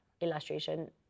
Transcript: illustration